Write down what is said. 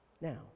Now